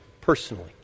personally